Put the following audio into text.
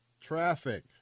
traffic